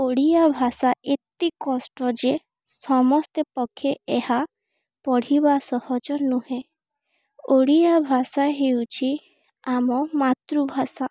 ଓଡ଼ିଆ ଭାଷା ଏତେ କଷ୍ଟ ଯେ ସମସ୍ତେ ପକ୍ଷେ ଏହା ପଢ଼ିବା ସହଜ ନୁହେଁ ଓଡ଼ିଆ ଭାଷା ହେଉଛି ଆମ ମାତୃଭାଷା